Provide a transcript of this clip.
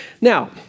Now